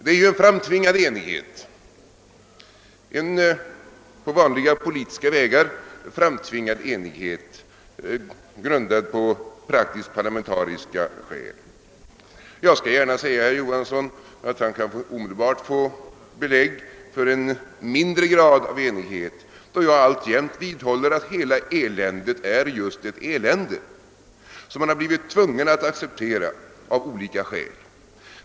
Det är alltså en framtvingad enighet — en på vanliga politiska vägar framtvingad enighet, grundad på praktisktparlamentariska skäl. Jag skall gärna säga herr Johansson, att han kan umedelbart få belägg för en mindre grad av enighet, då jag alltjämt vidhåller att hela eländet är just ett elände, som man har blivit tvungen att acceptera av olika skäl.